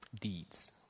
deeds